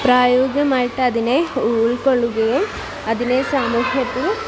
പ്രായോഗികമായിട്ട് അതിനെ ഉൾക്കൊള്ളുകയും അതിനെ സാമൂഹത്തിൽ